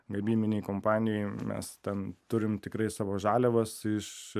gamybinėj kompanijoj mes ten turim tikrai savo žaliavas iš